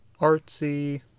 Artsy